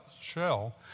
shell